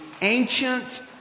ancient